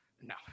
no